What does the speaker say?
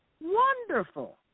Wonderful